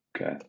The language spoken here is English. Okay